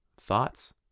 Thoughts